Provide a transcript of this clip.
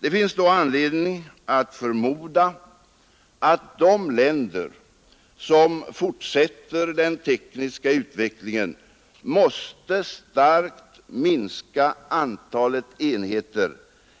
Det finns då anledning att förmoda att de länder som fortsätter den tekniska utvecklingen måste starkt minska antalet enheter,